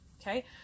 Okay